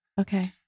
Okay